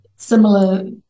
similar